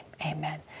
amen